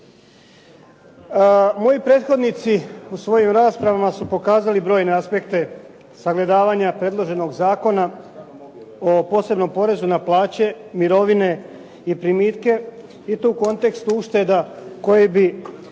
Moji prethodnici u svojim raspravama su pokazali brojne aspekte sagledavanja predloženog Zakona o posebnom porezu na plaće, mirovine i primitke i to u kontekstu ušteda koje bi